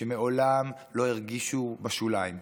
שמעולם לא הרגישו בשוליים,